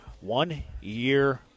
one-year